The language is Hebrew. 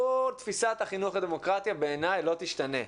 כל תפיסת החינוך לדמוקרטיה בעיניי לא תשתנה.